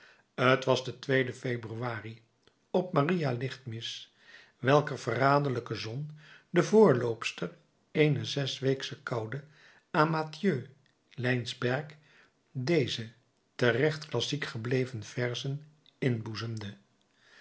t was de tweede februari op maria lichtmis welker verraderlijke zon de voorloopster eener zesweeksche koude aan mathieu laensberg deze terecht klassiek gebleven verzen inboezemde